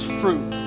fruit